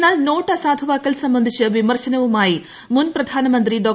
എന്നാൽ നോട്ട് അസാധുവാക്കൽ സംബന്ധിച്ച് വിമർശനവുമായി മുൻ പ്രധാനമന്ത്രി ഡോ